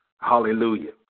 Hallelujah